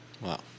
Wow